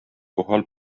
kohal